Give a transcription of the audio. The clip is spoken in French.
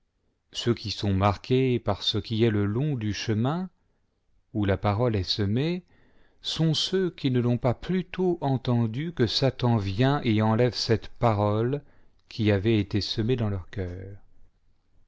ceux qui sont marqués par ce qui est le long du chemin où la parole est semée sont ceux qui ne l'ont pas plutôt entendue que satan vient t enlève cette parole qui avait té semée dans leurs cœurs